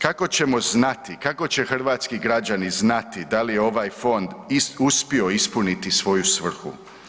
Kako ćemo znati, kako će hrvatski građani znati da li je ovaj fond uspio ispuniti svoju svrhu?